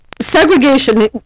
segregation